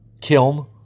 Kiln